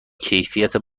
کیفیت